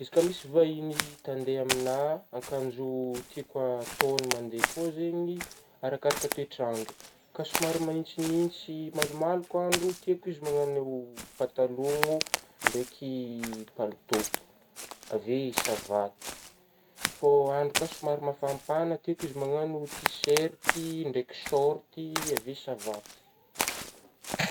Izy ka misy vahigny ta hande amignaha ,akanjo tiako ataogny mandeha koa zegny arakaraka toetr'andro ka somary mahintsignitsy malomaloka andro tiako izy magnagno patalogno ndraiky palitao avy eo savaty ,fô andro ka somary mafampagna tiako izy magnagno tiserty ndraiky sôrty avy eo savaty.